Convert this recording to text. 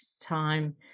time